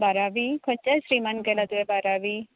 बारावी खंयच्या स्ट्रिमान केलां तुवें बारावी